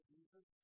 Jesus